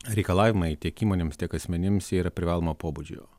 reikalavimai tiek įmonėms tiek asmenims yra privalomo pobūdžio